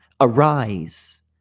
arise